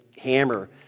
hammer